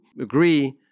agree